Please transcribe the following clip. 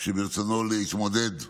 שברצונו להתמודד בבחירות,